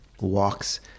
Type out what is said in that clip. walks